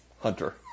Hunter